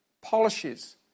polishes